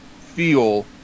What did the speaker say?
feel